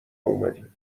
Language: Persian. اومدیم